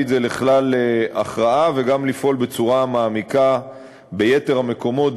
את זה לכלל הכרעה וגם לפעול בצורה מעמיקה ביתר המקומות,